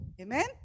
Amen